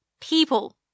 people